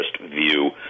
view